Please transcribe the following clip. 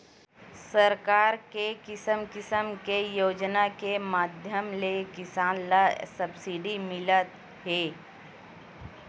सरकार के किसम किसम के योजना के माधियम ले किसान ल सब्सिडी मिलत हे